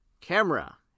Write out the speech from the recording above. camera